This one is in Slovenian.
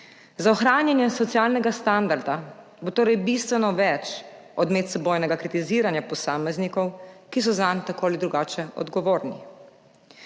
Za ohranjanje socialnega standarda bo torej treba bistveno več od medsebojnega kritiziranja posameznikov, ki so zanj tako ali drugače odgovorni.